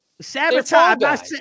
sabotage